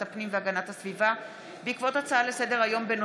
הפנים והגנת הסביבה בעקבות הצעה לסדר-היום של